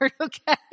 okay